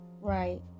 Right